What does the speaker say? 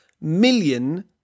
million